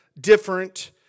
different